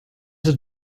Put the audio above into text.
het